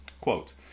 Quote